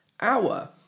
hour